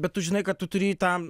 bet tu žinai kad tu turi tą